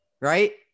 right